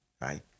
right